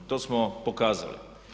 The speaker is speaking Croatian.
To smo pokazali.